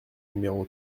numéro